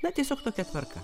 na tiesiog tokia tvarka